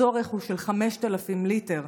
הצורך הוא של 5,000 ליטר,